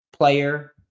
player